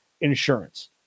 insurance